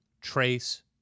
Trace